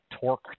torque